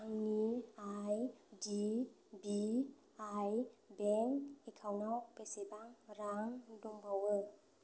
आंनि I D B I bank एकाउन्टाव बेसेबां रां दंबावो